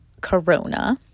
corona